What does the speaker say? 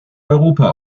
europa